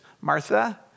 Martha